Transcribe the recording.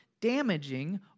damaging